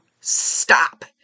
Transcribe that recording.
stop